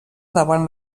davant